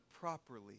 properly